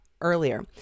earlier